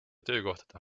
töökohtade